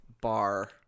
bar